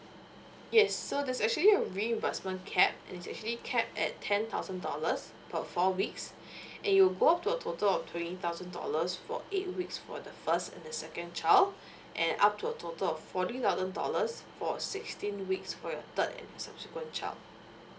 yes so there's actually a reimbursement cap and it's actually cap at ten thousand dollars per four weeks and it will go up to a total of twenty thousand dollars for eight weeks for the first and the second child and up to a total of forty thousand dollars for sixteen weeks for your third and subsequent child